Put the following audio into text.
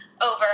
over